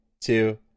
two